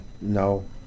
No